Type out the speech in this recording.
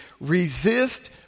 resist